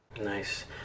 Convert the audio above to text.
Nice